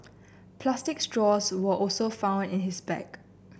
plastic straws were also found in his bag